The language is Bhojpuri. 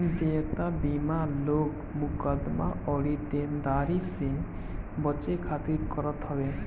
देयता बीमा लोग मुकदमा अउरी देनदारी से बचे खातिर करत हवे